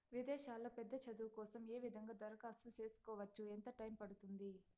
విదేశాల్లో పెద్ద చదువు కోసం ఏ విధంగా దరఖాస్తు సేసుకోవచ్చు? ఎంత టైము పడుతుంది?